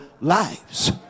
lives